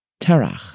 Terach